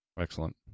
Excellent